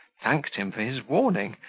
thanked him for his warning,